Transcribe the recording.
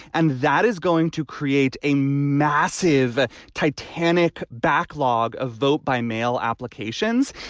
and that is going to create a massive titanic backlog of vote by mail applications.